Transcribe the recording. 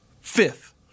fifth